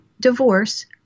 divorce